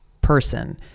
person